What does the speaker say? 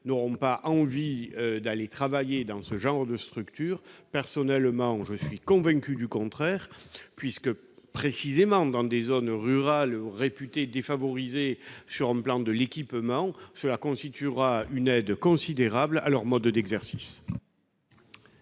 n'auront pas envie d'aller travailler dans ce genre de structures. Personnellement, je suis convaincu du contraire, puisque, dans les zones rurales défavorisées en matière d'équipement, elles constitueront une aide considérable à leur mode d'exercice.